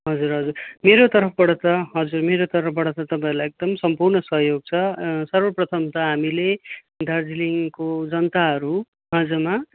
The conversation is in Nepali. हजुर हजुर मेरो तरफबाट त हजुर मेरो तरफ बाट त तपाईँहरूलाई एकदम सम्पूर्ण सहयोग छ सर्वप्रथम त हामीले दार्जिलिङको जनताहरू माझमा